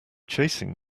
chasing